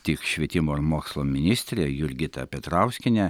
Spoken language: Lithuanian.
tik švietimo ir mokslo ministrė jurgita petrauskienė